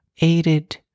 aided